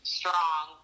strong